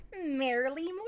Merrily